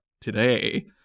today